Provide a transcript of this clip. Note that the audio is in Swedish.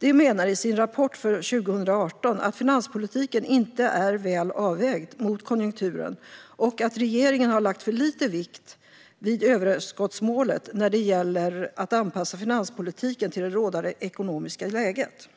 Rådet menar i sin rapport för 2018 att finanspolitiken inte är väl avvägd mot konjunkturen och att regeringen har lagt för liten vikt vid överskottsmålet när det gäller att anpassa finanspolitiken till det rådande ekonomiska läget.